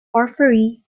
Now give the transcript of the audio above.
porphyry